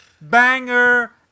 banger